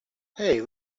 hey